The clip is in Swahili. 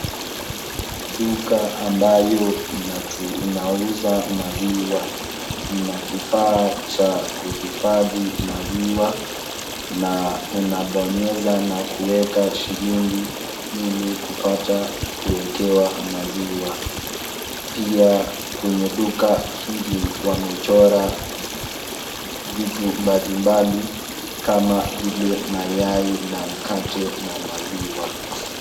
Duka ambayo inauza maziwa. Inakifaa cha kuhifadhi maziwa na unabonyeza na kuweka shilingi ili kupata kuwekewa maziwa. Pia kwenye duka hili wamechora vitu mbali mbali kama vile mayai na mkate na maziwa.